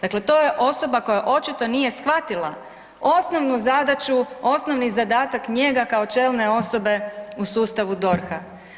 Dakle, to je osoba koja očito nije shvatila osnovnu zadaću, osnovni zadatak njega kao čelne osobe u sustavu DORH-a.